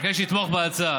אני מבקש לתמוך בהצעה.